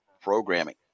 programming